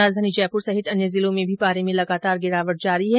राजधानी जयपुर सहित अन्य जिलों में भी पारे में लगातार गिरावट जारी है